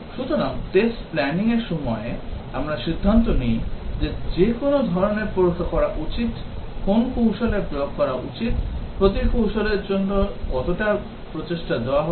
সুতরাং test planning র সময় আমরা সিদ্ধান্ত নিই যে কোন ধরণের পরীক্ষা করা উচিত কোন কৌশল প্রয়োগ করা উচিত প্রতিটি কৌশলটির জন্য কতটা প্রচেষ্টা দেওয়া হবে